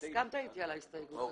הסכמת איתי על ההסתייגות הזאת.